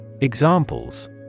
Examples